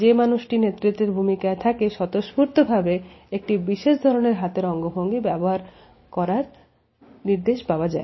যে মানুষটি নেতৃত্বের ভূমিকায় থাকে স্বতঃস্ফূর্তভাবে একটি বিশেষ ধরনের হাতের অঙ্গভঙ্গি ব্যবহার করে থাকে